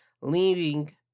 leaving